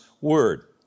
word